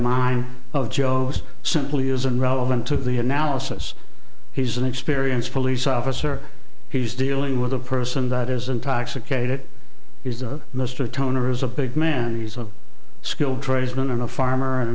mind of joe's simply isn't relevant to the analysis he's an experienced police officer he's dealing with a person that is intoxicated is the mr toner is a big man he's a skilled tradesmen and a farmer and